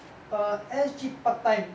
err S_G part time